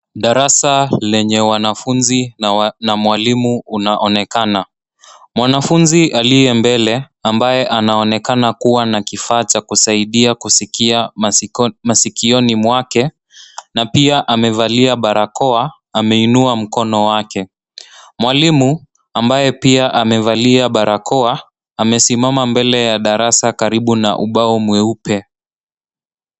Darasa lenye wanafunzi na mwalimu una onekana, mwanafunzi alie mbele ambaye anaonekana kuwa na kifaa cha kusaidia kusikia masikioni mwake na pia amevalia barakoa ameinua mkono na kuwa na kifaa cha kusaidia kusikia masikioni mwake na pia amevalia barakoa ameinua mkono wake. Mwalimu ambaye pia amevalia barakoa amesimama mbele ya darasa karibu na ubao mweupe.